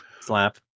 slap